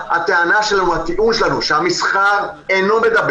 סעיף 4ד לתקנות אומר שתקנות שהחליטה הממשלה להתקין